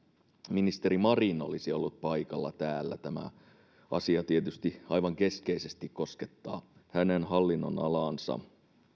ministeri marin olisi ollut paikalla täällä tämä asia tietysti aivan keskeisesti koskettaa hänen hallinnonalaansa